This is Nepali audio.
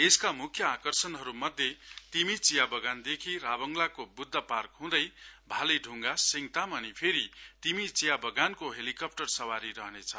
यसका मुख्य आकर्षणहरु मध्ये तिमी चिया बगानदेखि राभाङलाको बुद्ध पार्क हुँदै भाले दुङ्गासिगताम अनि फेरि तिमी चिया वगानको हेलिकाप्टर सवारी रहनेछ